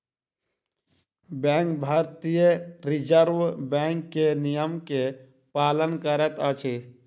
bank भारतीय reserve bank के नियम के पालन करैत अछि